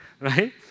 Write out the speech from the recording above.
right